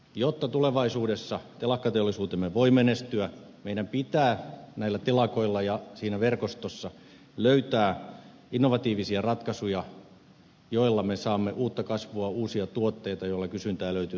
jotta tulevaisuudessa telakkateollisuutemme voi menestyä meidän pitää näillä telakoilla ja siinä verkostossa löytää innovatiivisia ratkaisuja joilla me saamme uutta kasvua uusia tuotteita joilla kysyntää löytyy tulevaisuudessakin